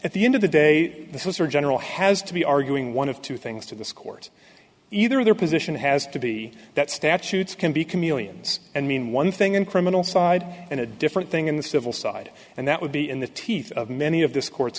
at the end of the day this is for general has to be arguing one of two things to this court either their position has to be that statutes can be chameleons and mean one thing in criminal side and a different thing in the civil side and that would be in the teeth of many of this court